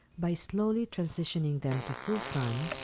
by slowly transitioning them to full sun,